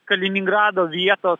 kaliningrado vietos